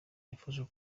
yafashwe